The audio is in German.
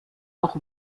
auch